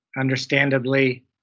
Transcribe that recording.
understandably